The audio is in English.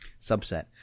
Subset